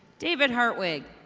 david hartwig.